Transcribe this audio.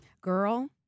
Girl